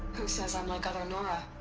who says i'm like other nora?